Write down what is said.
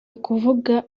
ukuvuga